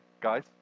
guys